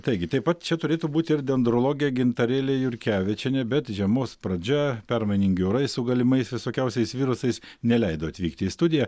taigi taip pat čia turėtų būti ir dendrologė gintarėlė jurkevičienė bet žiemos pradžia permainingi orai su galimais visokiausiais virusais neleido atvykti į studiją